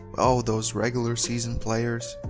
oh those regular season players.